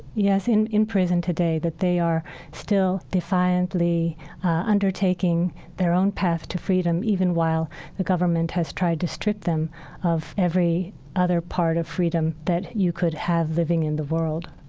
yes, in in prison today that they are still defiantly undertaking their own path to freedom even while the government has tried to strip them of every other part of freedom that you could have living in the world